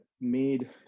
made